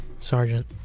Sergeant